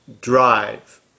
drive